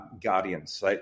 guardians